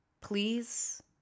please